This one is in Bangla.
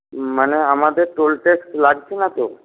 মানে আমাদের টোল ট্যাক্স লাগছেনা তো